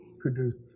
produced